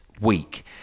week